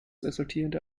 resultierende